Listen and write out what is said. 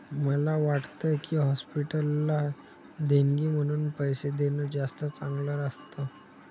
मला वाटतं की, हॉस्पिटलला देणगी म्हणून पैसे देणं जास्त चांगलं असतं